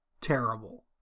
terrible